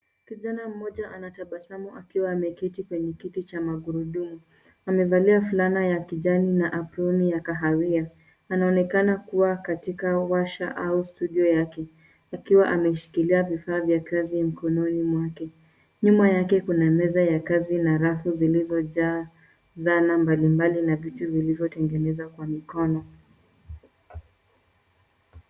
Kijana mmoja anatabasamu akiwa ameketi kwenye kiti cha magurudumu. Amevalia fulana ya kijani na aproni ya kahawia anaonekana kuwa katika warsha au studio yake akiwa ameshikilia vifaa vya kazi mkononi mwake. Nyuma yake kuna meza ya kazi na rafu zilizojaa zana mbalimbali na vitu vilivyotengenezwa kwa mikono.